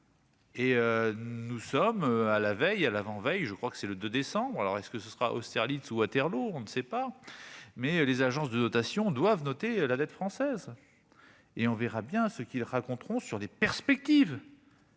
Et nous sommes à la veille et l'avant-veille, je crois que c'est le deux décembre alors est-ce que ce sera Austerlitz ou Waterloo on ne sait pas, mais les agences de notation doivent noter la dette française et on verra bien ce qu'ils raconteront sur des perspectives